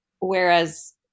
whereas